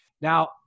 Now